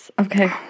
Okay